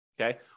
Okay